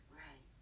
right